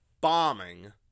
bombing